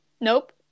Nope